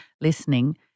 listening